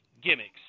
gimmicks